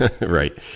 Right